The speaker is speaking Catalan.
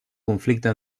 conflicte